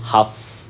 half